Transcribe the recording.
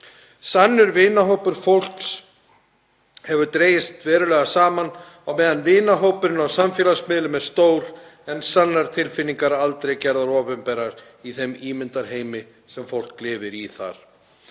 Sannur vinahópur fólks hefur dregist verulega saman á meðan vinahópurinn á samfélagsmiðlunum er stór en sannar tilfinningar eru aldrei gerðar opinberar í þeim ímyndarheimi sem fólk lifir í þar.